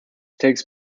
takes